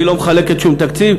והיא לא מחלקת שום תקציב,